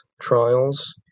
trials